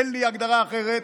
אין לי הגדרה אחרת,